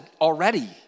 already